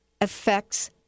affects